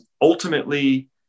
ultimately